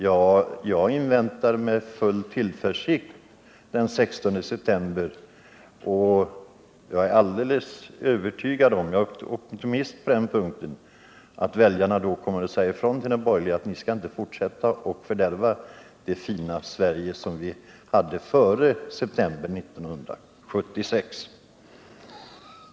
Ja, jag inväntar med verklig tillförsikt och optimism den 16 september, och jag är alldeles övertygad om att väljarna då kommer att säga ifrån: Ni skall inte fortsätta och fördärva det fina Sverige vi hade före september 1976.